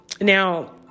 Now